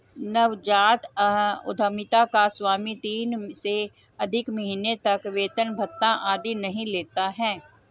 नवजात उधमिता का स्वामी तीन से अधिक महीने तक वेतन भत्ता आदि नहीं लेता है